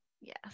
Yes